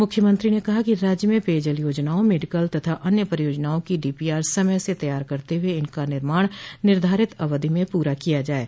मुख्यमंत्री ने कहा कि राज्य में पेयजल योजनाओं मेडिकल तथा अन्य परियोजनाओं की डीपीआर समय से तैयार करते हुए इनका निर्माण निर्धारित अवधि में पूरा किया जाये